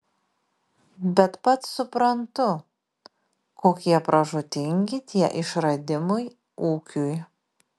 bet pats suprantu kokie pražūtingi tie išradimai ūkiui